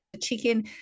chicken